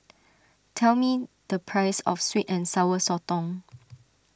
tell me the price of Sweet and Sour Sotong